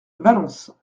valence